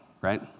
right